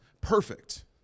perfect